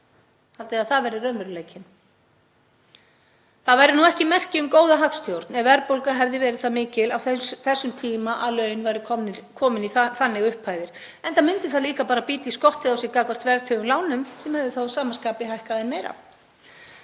það verði raunveruleikinn? Það væri ekki merki um góða hagstjórn ef verðbólga hefði verið það mikil á þessum tíma að laun væru komin í þannig upphæðir, enda myndi það líka bara bíta í skottið á sér gagnvart verðtryggðum lánum sem hefðu þá að sama skapi hækkað enn meira.